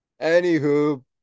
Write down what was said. Anywho